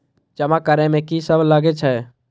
जमा करे में की सब लगे छै?